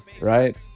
right